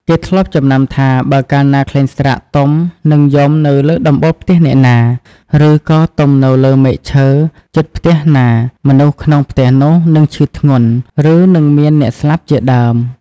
គេធ្លាប់ចំណាំថា បើកាលណាខ្លែងស្រាកទំនិងយំនៅលើដំបូលផ្ទះណា ឬក៏ទំនៅលើមែកឈើជិតផ្ទះណា មនុស្សក្នុងផ្ទះនោះនឹងឈឺធ្ងន់ ឬនឹងមានអ្នកស្លាប់ជាដើម។